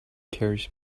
carries